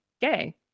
gay